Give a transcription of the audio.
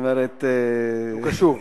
הוא קשוב.